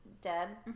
dead